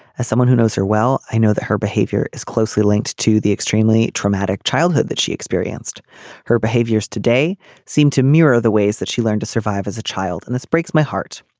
as someone who knows her well i know that her behavior is closely linked to the extremely traumatic childhood that she experienced her behaviors today seemed to mirror the ways that she learned to survive as a child and this breaks my heart.